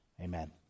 Amen